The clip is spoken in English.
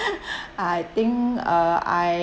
I think uh I